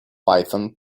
python